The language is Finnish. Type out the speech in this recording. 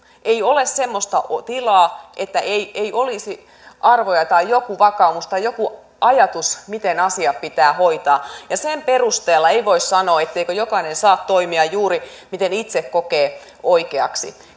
ei ole semmoista tilaa että ei ei olisi arvoja tai joku vakaumus tai joku ajatus miten asiat pitää hoitaa ja sen perusteella ei voi sanoa etteikö jokainen saa toimia juuri miten itse kokee oikeaksi